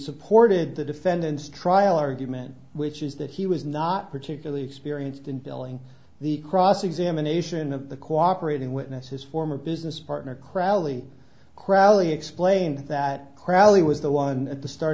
supported the defendant's trial argument which is that he was not particularly experienced in billing the cross examination of the cooperating witness his former business partner crowley crowley explained that crowley was the one at the start